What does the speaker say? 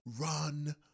run